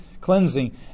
cleansing